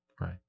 Right